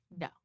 No